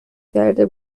کرده